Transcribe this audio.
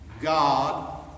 God